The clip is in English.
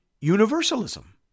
universalism